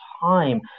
time